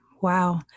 Wow